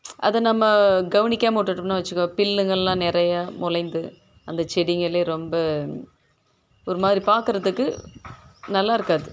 அதை நம்ம கவனிக்காம விட்டுட்டம்னா வச்சிக்கோ பில்லுங்க எல்லாம் நிறையா முளைந்து அந்த செடிங்களே ரொம்ப ஒரு மாதிரி பார்க்கறதுக்கு நல்லா இருக்காது